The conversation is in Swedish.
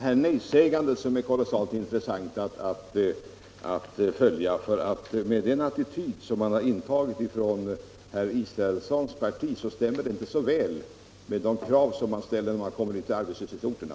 Herr talman! Det är detta nejsägande som är kolossalt intressant att följa. Den attityd som man har intagit från herr Israelssons parti stämmer inte så väl med de krav som hans partivänner ställer när man träffas på arbetslöshetsorterna.